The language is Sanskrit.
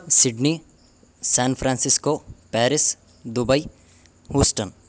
Sydney San Francisco Paris Dubai Houston